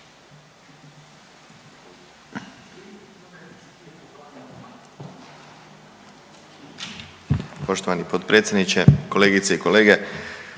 Poštovani g. potpredsjedniče, kolegice i kolege.